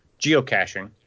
geocaching